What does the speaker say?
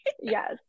Yes